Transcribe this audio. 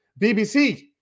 bbc